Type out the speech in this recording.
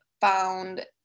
found